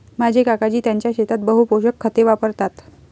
माझे काकाजी त्यांच्या शेतात बहु पोषक खते वापरतात